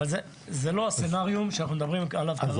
אבל זה לא הסצנריו שאנחנו מדברים עליו כרגע.